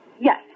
Yes